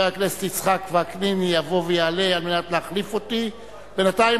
אין נמנעים.